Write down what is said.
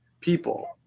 people